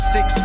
Six